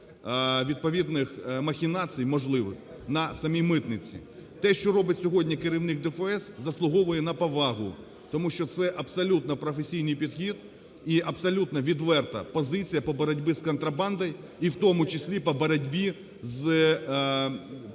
Те, що робить сьогодні керівник ДФС, заслуговує на повагу, тому що це абсолютно професійний підхід і абсолютно відверта позиція по боротьбі з контрабандою, і в тому числі по боротьбі зі всіма